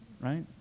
right